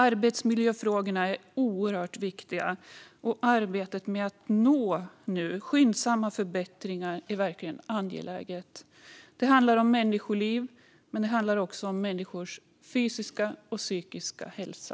Arbetsmiljöfrågorna är oerhört viktiga, och arbetet med att nå skyndsamma förbättringar är verkligen angeläget. Det handlar om människoliv men också om människors fysiska och psykiska hälsa.